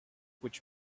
which